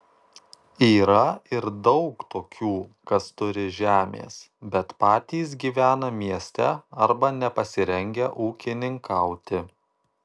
yra ir daug tokių kas turi žemės bet patys gyvena mieste arba nepasirengę ūkininkauti